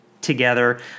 together